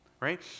right